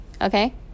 okay